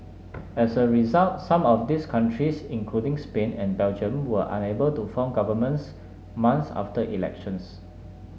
as a result some of these countries including Spain and Belgium were unable to form governments months after elections